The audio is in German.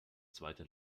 zweite